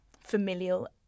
familial